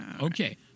Okay